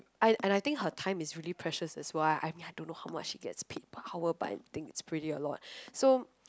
and and I think her time is really precious that's why I mean I don't know how much she gets paid per hour but I think it's pretty alot so